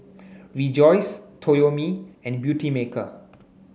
Rejoice Toyomi and Beautymaker